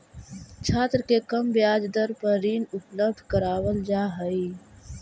छात्र के कम ब्याज दर पर ऋण उपलब्ध करावल जा हई